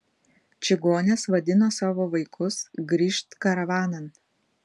čigonės vadino savo vaikus grįžt karavanan